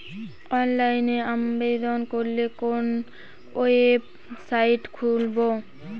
অনলাইনে আবেদন করলে কোন ওয়েবসাইট খুলব?